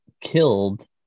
killed